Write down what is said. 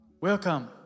welcome